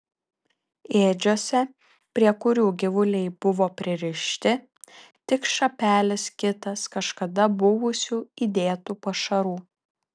ėdžiose prie kurių gyvuliai buvo pririšti tik šapelis kitas kažkada buvusių įdėtų pašarų